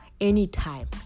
anytime